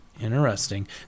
Interesting